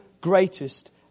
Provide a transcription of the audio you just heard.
greatest